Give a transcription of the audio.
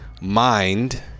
mind